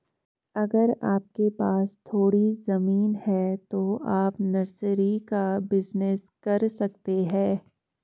अगर आपके पास थोड़ी ज़मीन है तो आप नर्सरी का बिज़नेस कर सकते है